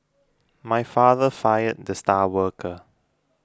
my father fired the star worker